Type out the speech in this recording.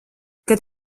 kad